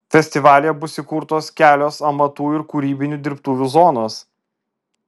festivalyje bus įkurtos kelios amatų ir kūrybinių dirbtuvių zonos